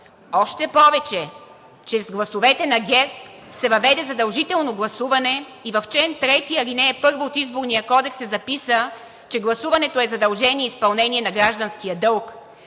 Още повече че с гласовете на ГЕРБ се въведе задължително гласуване. В чл. 3, ал. 1 от Изборния кодекс се записа, че „гласуването е задължение и изпълнение на гражданския дълг“.